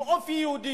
עם אופי יהודי,